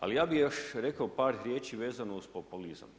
Ali ja bih još rekao par riječi vezano uz populizam.